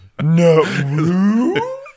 No